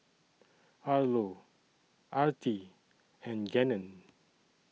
Arlo Artie and Gannon